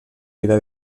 vida